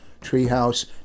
treehouse